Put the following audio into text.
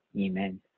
Amen